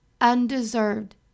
undeserved